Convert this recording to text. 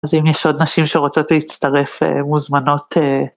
אז אם יש עוד נשים שרוצות להצטרף, מוזמנות.